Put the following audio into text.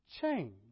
change